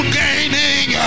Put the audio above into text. gaining